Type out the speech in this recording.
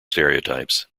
stereotypes